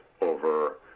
over